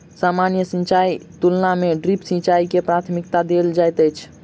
सामान्य सिंचाईक तुलना मे ड्रिप सिंचाई के प्राथमिकता देल जाइत अछि